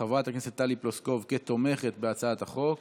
חברת הכנסת טלי פלוסקוב כתומכת בהצעת החוק